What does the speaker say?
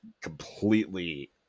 completely